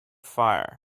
fire